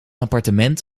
appartement